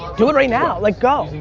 do it right now. like go.